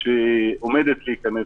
שירי,